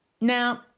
Now